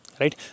right